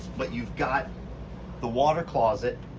but you've got the water closet,